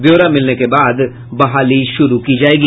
ब्यौरा मिलने के बाद बहाली शुरू की जायेगी